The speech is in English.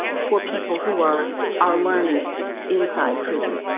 for people who are are learners inside prison?